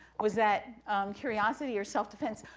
was that curiosity or self-defense.